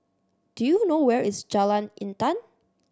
do you know where is Jalan Intan